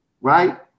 right